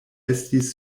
estis